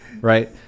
right